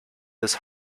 this